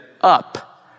up